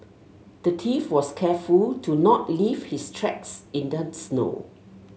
the thief was careful to not leave his tracks in the snow